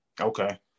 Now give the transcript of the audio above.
Okay